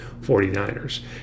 49ers